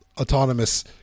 autonomous